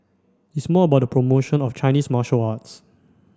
it's more about the promotion of Chinese martial arts